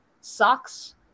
socks